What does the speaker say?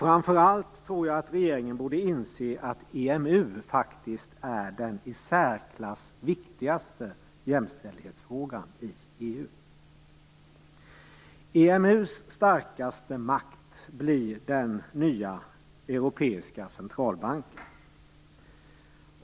Framför allt borde regeringen inse att EMU faktiskt är den i särklass viktigaste jämställdhetsfrågan i EU. EMU:s starkaste makt blir den nya europeiska centralbanken.